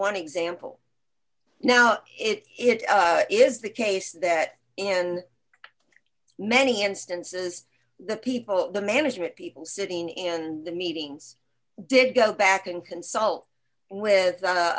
one example now it is the case that in many instances the people the management people sitting and the meetings did go back and consult with